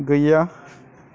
गैया